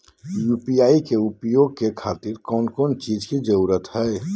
UPI के उपयोग के खातिर कौन कौन चीज के जरूरत है?